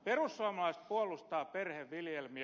perussuomalaiset puolustavat perheviljelmiä